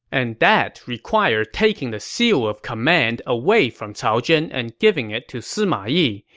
and that required taking the seal of command away from cao zhen and giving it to sima yi,